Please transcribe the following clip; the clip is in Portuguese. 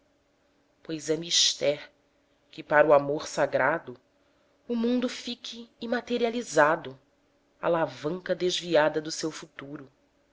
pois é mister que para o amor sagrado o mundo fique imaterializado alavanca desviada do seu futuro